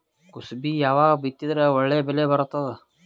ಕುಸಬಿ ಯಾವಾಗ ಬಿತ್ತಿದರ ಒಳ್ಳೆ ಬೆಲೆ ಬರತದ?